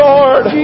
Lord